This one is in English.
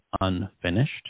unfinished